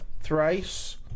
Thrice